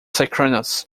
synchronous